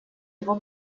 его